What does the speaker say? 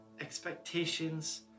expectations